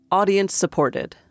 audience-supported